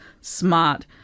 Smart